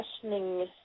questioning